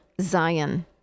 Zion